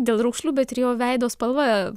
dėl raukšlių bet ir jo veido spalva